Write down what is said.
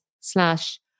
slash